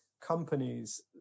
companies